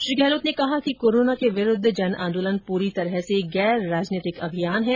श्री गहलोत ने कहा कि कोरोना के विरूद्व जन आंदोलन पूरी तरह से गैर राजनैतिक अभियान है